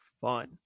fun